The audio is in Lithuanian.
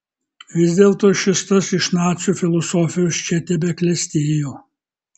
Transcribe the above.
vis dėlto šis tas iš nacių filosofijos čia tebeklestėjo